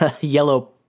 yellow